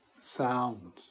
sound